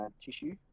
tissue